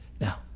Now